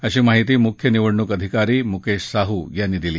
अशी माहिती मुख्य निवडणूक अधिकारी मुकेश साहू यांनी दिली